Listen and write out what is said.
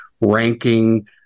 ranking